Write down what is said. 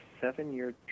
seven-year